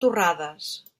torrades